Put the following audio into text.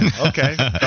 okay